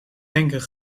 denken